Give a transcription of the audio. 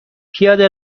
پیاده